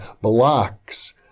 blocks